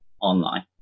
online